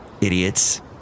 Idiots